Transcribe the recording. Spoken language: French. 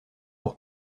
pour